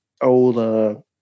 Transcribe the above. old